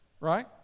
right